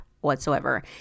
whatsoever